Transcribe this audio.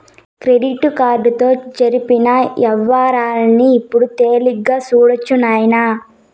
credit కార్డుతో జరిపిన యవ్వారాల్ని ఇప్పుడు తేలిగ్గా సూడొచ్చు నాయనా